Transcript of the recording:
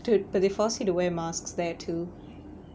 dude but they forced me to wear masks there too